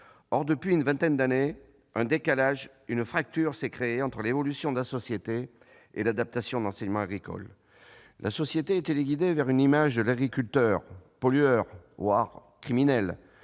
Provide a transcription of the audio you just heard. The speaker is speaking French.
Or, depuis une vingtaine d'années, un décalage, une fracture sépare l'évolution de la société et l'adaptation de l'enseignement agricole. La société est téléguidée vers une image de l'agriculteur pollueur, voire criminel,